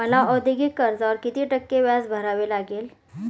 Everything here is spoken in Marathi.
मला औद्योगिक कर्जावर किती टक्के व्याज भरावे लागेल?